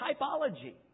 typology